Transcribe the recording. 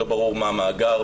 לא ברור מה המאגר,